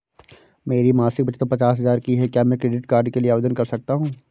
मेरी मासिक बचत पचास हजार की है क्या मैं क्रेडिट कार्ड के लिए आवेदन कर सकता हूँ?